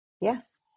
Yes